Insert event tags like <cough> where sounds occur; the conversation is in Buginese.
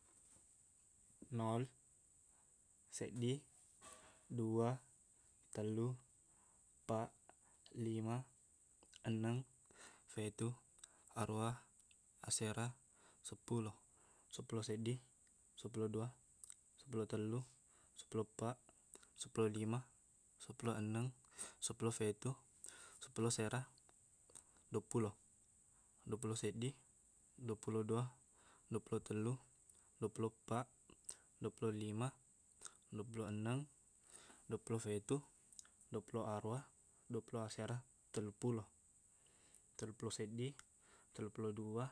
<noise> nol seddi <noise> dua tellu eppaq lima enneng fetu aruwa asera seppulo seppulo seddi seppulo dua seppulo tellu seppulo eppaq seppulo lima seppulo enneng seppulo fetu seppulo asera duappulo duappulo seddi duappulo dua duappulo tellu duappulo eppaq duappulo lima duappulo enneng duappulo fetu duappulo aruwa duappulo asera telluppulo telluppulo seddi telluppulo dua